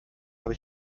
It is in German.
habe